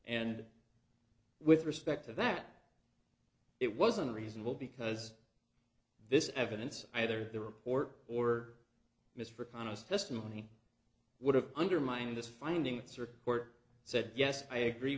and with respect to that it wasn't reasonable because this evidence either the report or mr khan is testimony would have undermined this finding circuit court said yes i agree